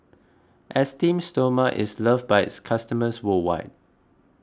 Esteem Stoma is loved by its customers worldwide